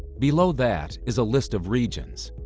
below that is a list of regions.